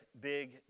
big